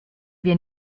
wir